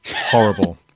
horrible